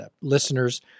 listeners